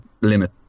limit